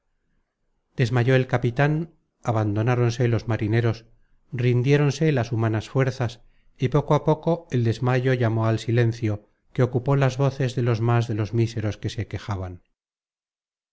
desmayó el capitan abandonáronse los marineros rindiéronse las humanas fuerzas y poco á poco el desmayo llamó al silencio que ocupó las voces de los más de los miseros que se quejaban